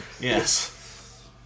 Yes